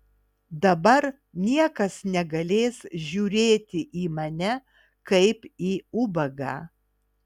dabar niekas negalės žiūrėti į mane kaip į ubagą